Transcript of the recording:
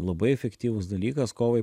labai efektyvus dalykas kovai